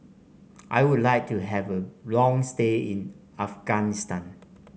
I would like to have a long stay in Afghanistan